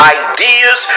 ideas